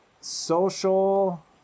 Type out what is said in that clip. Social